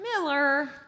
Miller